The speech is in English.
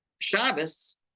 shabbos